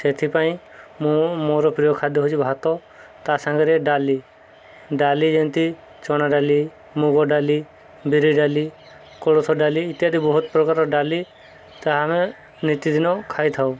ସେଥିପାଇଁ ମୁଁ ମୋର ପ୍ରିୟ ଖାଦ୍ୟ ହେଉଛି ଭାତ ତା ସାଙ୍ଗରେ ଡାଲି ଡାଲି ଯେମତି ଚଣା ଡାଲି ମୁଗ ଡାଲି ବିରି ଡାଲି କୋଳଥ ଡାଲି ଇତ୍ୟାଦି ବହୁତ ପ୍ରକାର ଡାଲି ତାହା ଆମେ ନିତିଦିନ ଖାଇଥାଉ